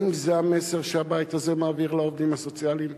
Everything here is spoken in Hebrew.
האם זה המסר שהבית הזה מעביר לעובדים הסוציאליים?